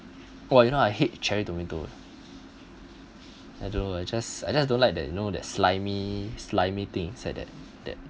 !wah! you know I hate cherry tomato I don't know I just I just don't like that you know that slimy slimy things like that that